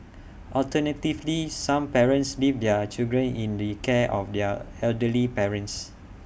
alternatively some parents leave their children in the care of their elderly parents